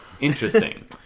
Interesting